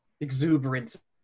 exuberance